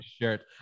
Shirt